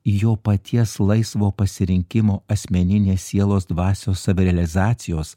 jo paties laisvo pasirinkimo asmeninės sielos dvasios savirealizacijos